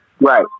right